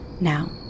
Now